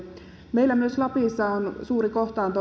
meillä myös lapissa on suuri kohtaanto ongelma